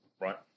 right